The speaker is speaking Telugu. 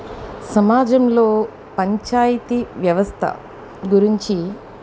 సమాజంలో పంచాయితీ వ్యవస్థ గురించి